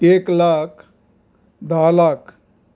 एक लाख धा लाख